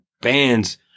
bands